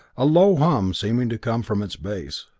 a low hum seeming to come from its base.